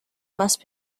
must